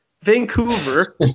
Vancouver